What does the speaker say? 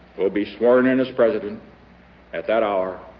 will be sworn in as president at that hour,